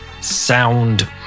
sound